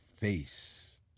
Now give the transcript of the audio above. face